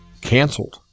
canceled